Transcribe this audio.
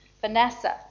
Vanessa